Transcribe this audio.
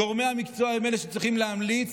גורמי המקצוע הם שצריכים להמליץ,